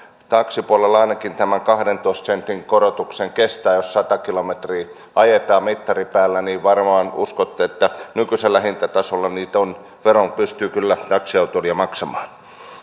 taksipuolella ainakin tämän kahdentoista sentin korotuksen kestävät jos sata kilometriä ajetaan mittari päällä varmaan uskotte että nykyisellä hintatasolla tuon veron pystyy kyllä taksiautoilija maksamaan